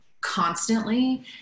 constantly